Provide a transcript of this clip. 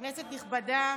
כנסת נכבדה,